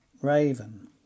Raven